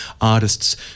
artists